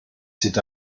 c’est